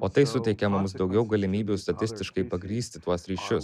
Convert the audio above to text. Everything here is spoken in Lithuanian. o tai suteikia mums daugiau galimybių statistiškai pagrįsti tuos ryšius